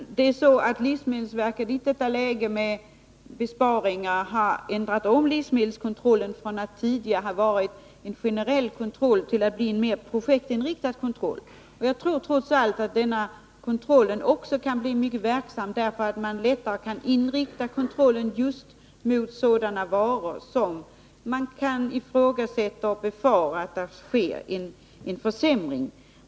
Herr talman! Det är så att livsmedelsverket i detta läge med besparingar har ändrat livsmedelskontrollen från att tidigare ha varit en generell kontroll till att bli en mer projektinriktad kontroll. Jag tror trots allt att denna kontroll också kan bli mycket verksam, eftersom man lättare kan inrikta kontrollen just mot sådana varor där det kan befaras att det sker en försämring.